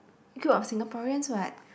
group of Singaporeans what